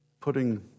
putting